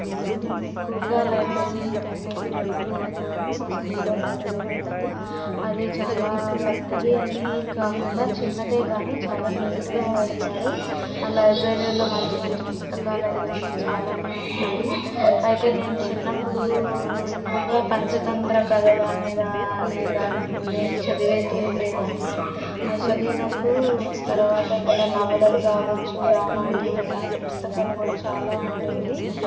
నేను ఎక్కువగా లైబ్రరీకి అనేది వెళ్తూ ఉంటాను మా స్కూల్లో లైబ్రరీ ఉంది అది చాలా పెద్దది అని కాకుండా చిన్నది కానీ చాలా నీట్గా పెడతారు అలా ఎవరైనా మంచి మంచి పుస్తకాలు అవి అన్నీ చాలా ఉంటాయి అయితే నేను చిన్నప్పుడు ఎక్కువగా పంచతంత్ర కథలు అనేదా అనేదాన్ని చదువుతు ఉండే దాన్ని ఆ చదివినప్పుడు తర్వాత ఇంకా నవలలు కావచ్చు రామాయణం ఇలాంటి పుస్తకాలు కూడా చాలా ఉండేవి